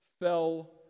fell